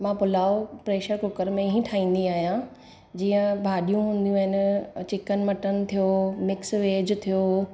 मां pulao pressure cooker में ई ठाहींदी आहियां जीअं भाॼियूं हूंदियूं आहिनि चिकन मटन थियो मिक्स वेज थियो